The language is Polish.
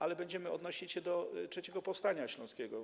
Ale będziemy odnosić się do III powstania śląskiego.